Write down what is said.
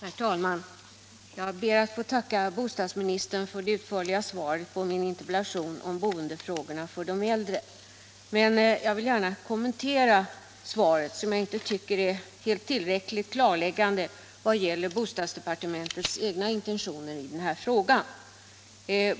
Herr talman! Jag ber att få tacka bostadsministern för det utförliga svaret på min interpellation om boendeförhållandena för de äldre, men jag vill gärna kommentera svaret som jag inte tycker är helt klarläggande vad gäller bostadsdepartementets egna intentioner i den här frågan.